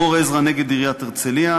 דרור עזרא נגד עיריית הרצלייה.